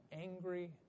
angry